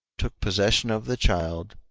took possession of the child,